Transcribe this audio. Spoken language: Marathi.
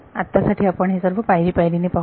आत्ता साठी आपण हे सर्व पायरी पायरीने पाहूया